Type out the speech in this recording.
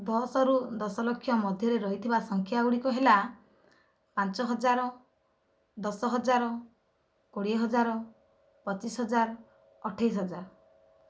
ଦଶରୁ ଦଶ ଲକ୍ଷ ମଧ୍ୟରେ ରହିଥିବା ସଂଖ୍ୟା ଗୁଡ଼ିକ ହେଲା ପାଞ୍ଚ ହଜାର ଦଶ ହଜାର କୋଡ଼ିଏ ହଜାର ପଚିଶ ହଜାର ଅଠେଇଶ ହଜାର